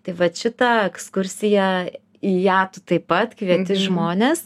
tai vat šita ekskursija į ją tu taip pat kviesti žmones